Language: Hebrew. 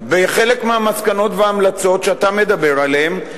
בחלק מהמסקנות וההמלצות שאתה מדבר עליהן,